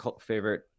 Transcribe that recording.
favorite